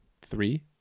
Three